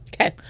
Okay